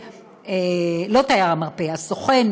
והסוכן,